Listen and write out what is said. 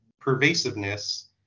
pervasiveness